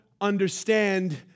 understand